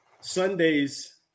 Sundays